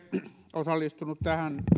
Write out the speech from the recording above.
osallistunut tähän